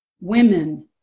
Women